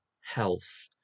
health